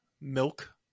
milk